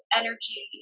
energy